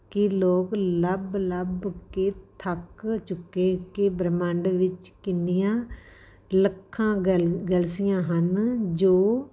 ਕਿ ਲੋਕ ਲੱਭ ਲੱਭ ਕੇ ਥੱਕ ਚੁੱਕੇ ਕਿ ਬ੍ਰਹਮੰਡ ਵਿੱਚ ਕਿੰਨੀਆਂ ਲੱਖਾਂ ਗਲ ਗਲਸੀਆਂ ਹਨ ਜੋ